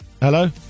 Hello